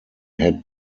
had